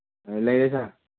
ꯑ ꯂꯩꯌꯦ ꯁꯥꯔ